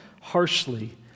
harshly